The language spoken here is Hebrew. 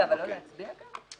רגע, אבל לא להצביע גם?